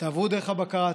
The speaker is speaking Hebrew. תעברו דרך הבקרה התקציבית,